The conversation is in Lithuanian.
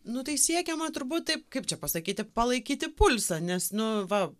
nu tai siekiama turbūt taip kaip čia pasakyti palaikyti pulsą nes nu va